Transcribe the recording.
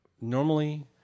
normally